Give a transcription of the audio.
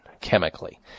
chemically